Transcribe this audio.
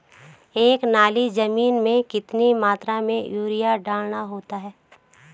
एक नाली जमीन में कितनी मात्रा में यूरिया डालना होता है?